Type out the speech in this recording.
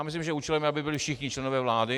Myslím, že účelem je, aby byli všichni členové vlády.